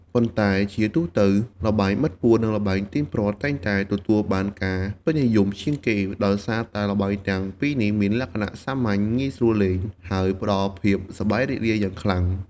ប៉ុន្តែជាទូទៅ ល្បែងបិទពួន និងល្បែងទាញព្រ័ត្រ តែងតែទទួលបានការពេញនិយមជាងគេ ដោយសារល្បែងទាំងពីរនេះមានលក្ខណៈសាមញ្ញ ងាយស្រួលលេង ហើយផ្ដល់ភាពសប្បាយរីករាយយ៉ាងខ្លាំង។